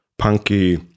Punky